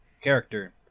character